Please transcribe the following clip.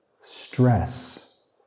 stress